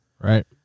Right